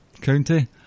County